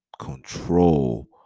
control